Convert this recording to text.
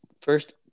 First